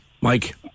Mike